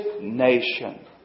nation